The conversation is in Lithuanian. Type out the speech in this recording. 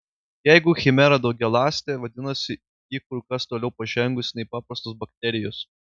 jeigu chimera daugialąstė vadinasi ji kur kas toliau pažengusi nei paprastos bakterijos